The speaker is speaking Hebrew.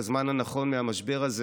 בזמן הנכון מהמשבר הזה,